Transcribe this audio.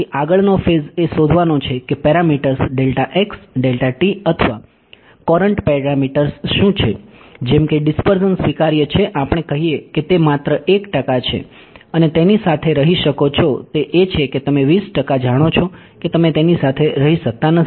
પછી આગળનો ફેઝ એ શોધવાનો છે કે પેરામીટર્સ અથવા Courant પેરામીટર્સ શું છે જેમ કે ડીસ્પર્ઝન સ્વીકાર્ય છે આપણે કહીએ કે તે માત્ર 1 ટકા છે તમે તેની સાથે રહી શકો છો તે એ છે કે તમે 20 ટકા જાણો છો કે તમે તેની સાથે રહી શકતા નથી